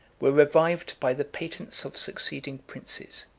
were revived by the patents of succeeding princes.